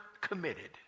committed